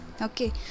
Okay